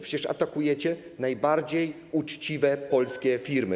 Przecież atakujecie najbardziej uczciwe polskie firmy.